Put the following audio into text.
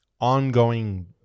ongoing